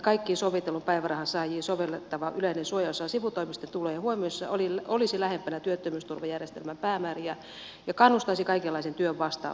kaikkiin sovitellun päivärahan saajiin sovellettava yleinen suojaosa sivutoimisten tulojen huomioimisessa olisi lähempänä työttömyysturvajärjestelmän päämääriä ja kannustaisi kaikenlaisen työn vastaanottamiseen